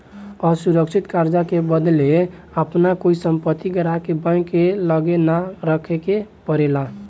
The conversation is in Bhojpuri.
असुरक्षित कर्जा के बदले आपन कोई संपत्ति ग्राहक के बैंक के लगे ना रखे के परेला